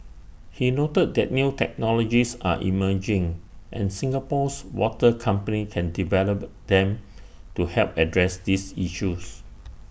he noted that new technologies are emerging and Singapore's water companies can develop them to help address these issues